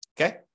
Okay